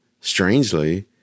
strangely